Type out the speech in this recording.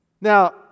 Now